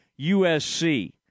USC